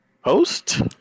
Host